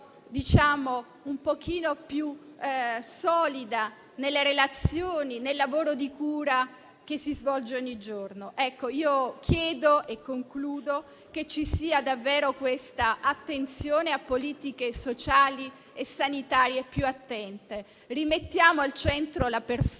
un pochino più solida nelle relazioni e nel lavoro di cura che si svolge ogni giorno. Io chiedo - e concludo - sia prestata davvero attenzione alle politiche sociali e sanitarie. Rimettiamo al centro la persona,